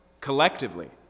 collectively